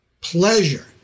pleasure